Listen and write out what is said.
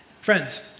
Friends